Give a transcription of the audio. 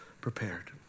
prepared